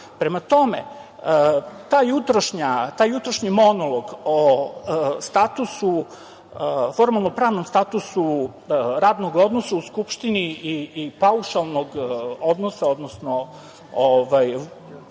tamo. Prema tome, taj jutrašnji monolog o formalno-pravnom statusu radnog odnosa u Skupštini i paušalnog odnosa, odnosno